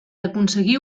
aconseguir